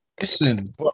Listen